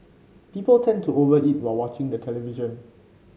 people tend to over eat while watching the television